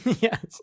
Yes